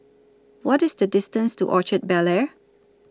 What IS The distance to Orchard Bel Air